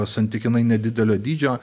santykinai nedidelio dydžio